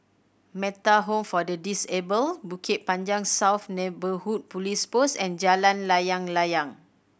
Metta Home for the Disabled Bukit Panjang South Neighbourhood Police Post and Jalan Layang Layang